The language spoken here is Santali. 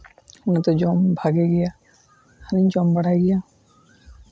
ᱚᱱᱟ ᱫᱚ ᱡᱚᱢ ᱵᱷᱟᱜᱮ ᱜᱮᱭᱟ ᱤᱧ ᱡᱚᱢ ᱵᱟᱲᱟᱭ ᱜᱮᱭᱟ